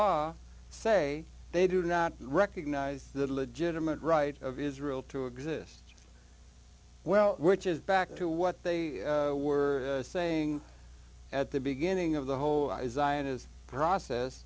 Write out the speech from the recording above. hezbollah say they do not recognize the legitimate right of israel to exist well which is back to what they were saying at the beginning of the whole process